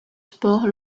sport